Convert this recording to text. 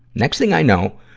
next thing i know,